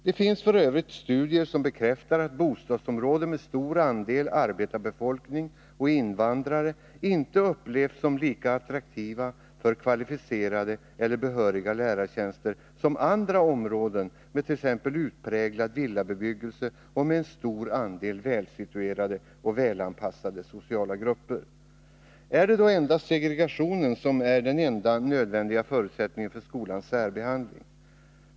Det finns f. ö. studier som bekräftar att bostadsområden med stor andel arbetarbefolkning och invandrare inte upplevs som lika attraktiva för kvalificerade eller behöriga lärartjänster som andra områden med t.ex. utpräglad villabebyggelse och med en stor andel välsituerade och välanpassade sociala grupper. Är det då endast segregationen som är den nödvändiga förutsättningen för skolans särbehandling?